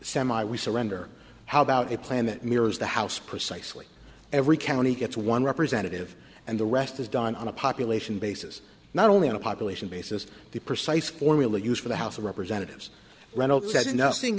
semi we surrender how about a plan that mirrors the house precisely every county gets one representative and the rest is done on a population basis not only on a population basis the precise formula used for the house of representatives reynolds has nothing